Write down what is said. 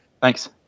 thanks